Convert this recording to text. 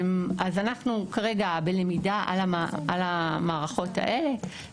אז אנחנו כרגע בלמידה על המערכות האלו,